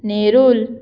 Nerul